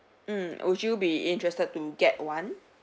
mm would you be interested to get one